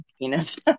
penis